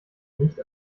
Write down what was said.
nicht